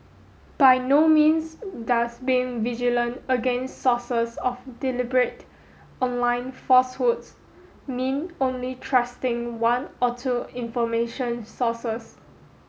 by no means does being vigilant against sources of deliberate online falsehoods mean only trusting one or two information sources